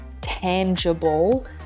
tangible